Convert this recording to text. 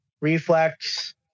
reflex